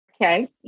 Okay